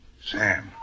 Sam